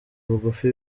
bugufi